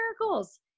miracles